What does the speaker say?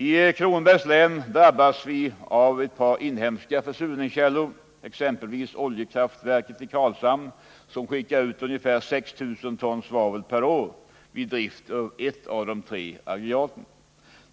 I Kronobergs län drabbas vi av ett par inhemska försurningskällor, exempelvis oljekraftverket i Karlshamn, som skickar ut ungefär 6 000 ton svavel per år vid drift av ett av de tre aggregaten,